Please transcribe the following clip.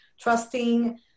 trusting